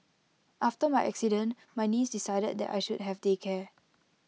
after my accident my niece decided that I should have day care